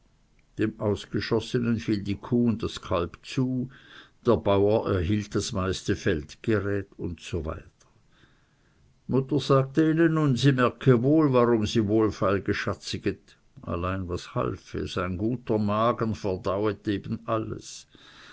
dem ausgeschossenen fiel die kuh und das kalb zu der bauer erhielt das meiste feldgerät usw mutter sagte ihnen nun sie merke wohl warum sie wohlfeil geschatziget allein was half es ein guter magen verdauet eben alles